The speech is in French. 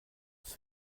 tout